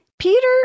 Peter